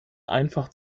einfach